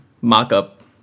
mock-up